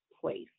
place